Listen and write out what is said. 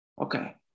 okay